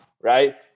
Right